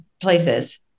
places